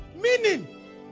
meaning